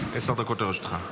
עשר דקות לרשותך.